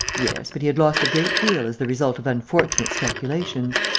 yes, but he had lost a great deal as the result of unfortunate speculations.